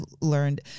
learned